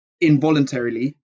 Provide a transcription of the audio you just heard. involuntarily